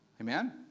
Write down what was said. Amen